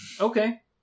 Okay